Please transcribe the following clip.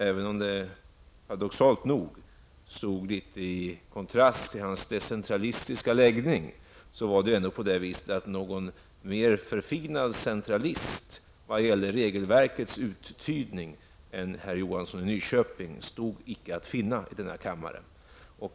Även om det paradoxalt nog kontrasterade litet mot hans decentralistiska läggning, stod det inte att finna någon mer förfinad centralist i denna kammare vad gäller regelverkets uttydning än herr Johansson i Nyköping.